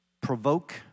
provoke